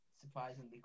surprisingly